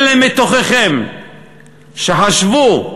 אלה מתוככם שחשבו: